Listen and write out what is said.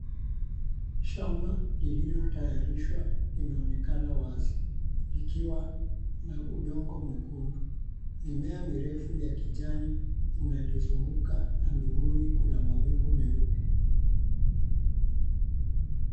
Shamba lililotayarishwa. Linaonekana wazi. Likiwa na udongo mwekundu. Mimea mirefu ya kijani lilalozunguka .Mbinguni Kuna mawingu meupe.